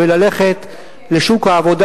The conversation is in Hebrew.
וללכת לשוק העבודה.